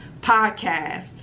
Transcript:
podcasts